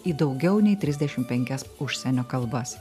į daugiau nei trisdešimt penkias užsienio kalbas